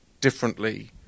differently